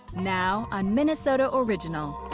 now on minnesota original.